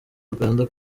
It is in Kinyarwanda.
uganda